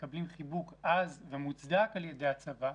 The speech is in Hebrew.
מקבלים חיבוק עז ומוצדק על ידי הצבא.